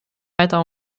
weiter